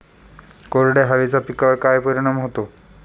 कोरड्या हवेचा पिकावर काय परिणाम होतो?